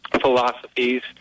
philosophies